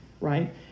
right